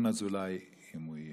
ינון אזולאי, אם הוא יהיה,